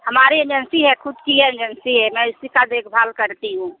हमारी एजेंसी है ख़ुद की एजेंसी है मैं इसी की देख भाल करती हूँ